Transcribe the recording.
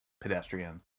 pedestrian